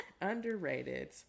underrated